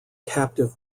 captive